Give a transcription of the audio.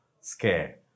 scare